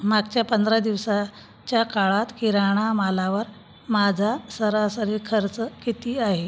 मागच्या पंधरा दिवसाच्या काळात किराणा मालावर माझा सरासरी खर्च किती आहे